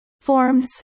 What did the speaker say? Forms